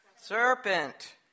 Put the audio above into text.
serpent